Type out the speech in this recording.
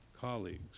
colleagues